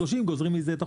גוזרים מזה 2030,